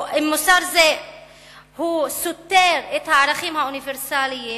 או שהוא סותר את הערכים האוניברסליים,